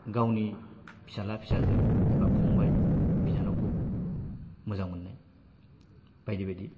गावनि फिसाला फिसाजो एबा फंबाय बिनानावखौ मोजां मोननाय बायदि बायदि